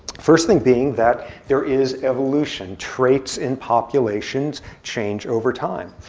first thing being that there is evolution. traits in populations change over time.